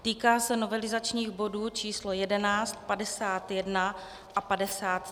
Týká se novelizačních bodů číslo 11, 51 a 53.